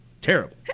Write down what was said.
terrible